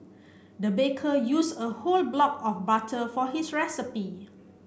the baker used a whole block of butter for his recipe